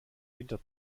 winter